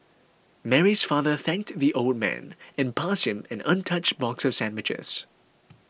Mary's father thanked the old man and passed him an untouched box of sandwiches